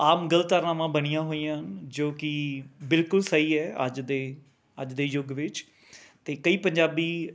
ਆਮ ਗਲਤ ਧਾਰਨਾਵਾਂ ਬਣੀਆਂ ਹੋਈਆਂ ਹਨ ਜੋ ਕਿ ਬਿਲਕੁਲ ਸਹੀ ਹੈ ਅੱਜ ਦੇ ਅੱਜ ਦੇ ਯੁੱਗ ਵਿੱਚ ਅਤੇ ਕਈ ਪੰਜਾਬੀ